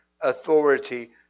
authority